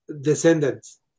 descendants